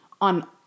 on